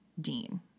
Dean